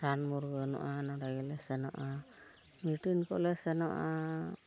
ᱨᱟᱱ ᱢᱩᱨᱜᱟᱹᱱᱚᱜᱼᱟ ᱱᱚᱰᱮ ᱜᱮᱞᱮ ᱥᱮᱱᱚᱜᱼᱟ ᱢᱤᱴᱤᱝ ᱠᱚᱞᱮ ᱥᱮᱱᱚᱜᱼᱟ